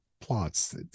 plots